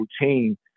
routine